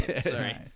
Sorry